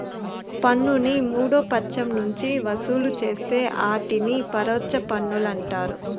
పన్నుని మూడో పచ్చం నుంచి వసూలు చేస్తే ఆటిని పరోచ్ఛ పన్నులంటారు